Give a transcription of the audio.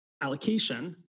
allocation